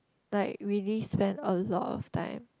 like really spend a lot of time